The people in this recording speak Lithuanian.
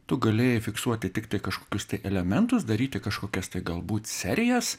tu galėjai fiksuoti tiktai kažkokius tai elementus daryti kažkokias tai galbūt serijas